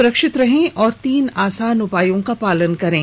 सुरक्षित रहें और तीन आसान उपायों का पालन करें